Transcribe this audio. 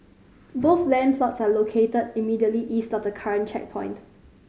both land plots are located immediately east of the current checkpoint